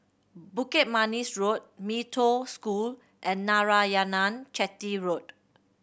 Bukit Manis Road Mee Toh School and Narayanan Chetty Road